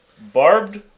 Barbed